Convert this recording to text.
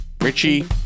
Richie